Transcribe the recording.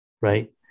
right